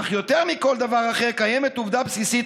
אך יותר מכל דבר אחר קיימת עובדה בסיסית